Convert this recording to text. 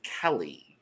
Kelly